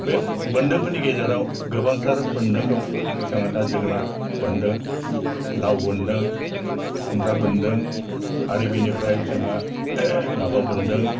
बे बोन्दोंफोरनि गेजेराव गोबांथार बोन्दों दं जोंहा दा जोगोनार बोन्दों लाव बोन्दों खुमब्रा बोन्दों आरो बेनिफ्राय जोंहा माबा बोन्दों